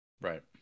Right